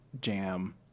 jam